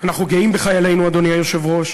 אנחנו גאים בחיילינו, אדוני היושב-ראש,